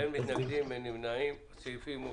אושרו.